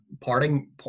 parting